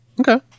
Okay